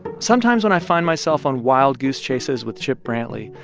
sometimes when i find myself on wild goose chases with chip brantley,